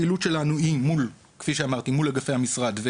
הפעילות שלנו היא מול אגפי המשרד,